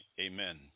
Amen